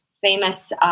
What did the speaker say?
famous